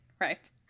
Right